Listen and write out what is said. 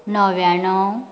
णव्याण्णव